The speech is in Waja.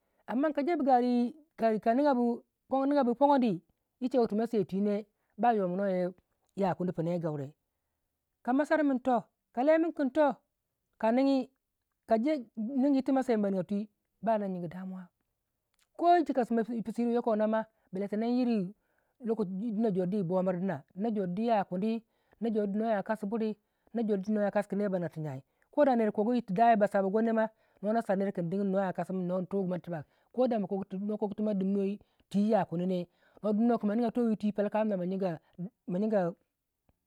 amma ka jebu gaure yi ka nigabu pogoni yi chei tu ma sei twii ne ba yominowo ya kuni pina yi gaure ka ma sar kin toh ka lemin kin toh kanigyi yir to ma sai kin ba niga twii ba jyigi damuwa ko yi chika pisuyiru wu yokowuna ma bellentenen iri dina jor di yi bomir dina tina jor du ya kuni tina jordu no ya kasi buri tina jor du noya kaskin ner ba nigya tu jya koda ner kogu tudaya ba sa bagon yo ma nona sar nere kin dogyin noya kasamin ani tugumo tibak koda makogu tuma dimno tweii ya kuni ne noduminuwei kin ma nigya towii yitwi palka amna ma jyiga ma jyiga